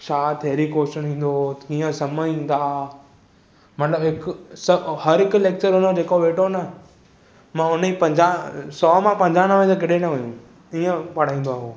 छा theory question ईंदो हो कीअं सम ईंदा हा मतिलबु हिकु हर हिकु लेक्चर हुनजो जेको वेठो न मां हुनजी पंजाह सौ मां पंजानवे कॾहिं न वयूं ईअं पढ़ाईंदो आहे उहो